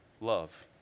love